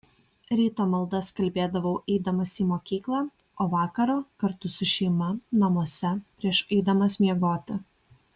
ryto maldas kalbėdavau eidamas į mokyklą o vakaro kartu su šeima namuose prieš eidamas miegoti